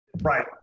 right